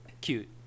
cute